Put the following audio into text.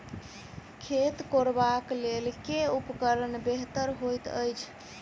खेत कोरबाक लेल केँ उपकरण बेहतर होइत अछि?